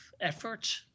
effort